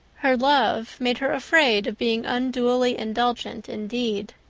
her love made her afraid of being unduly indulgent, indeed.